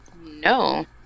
No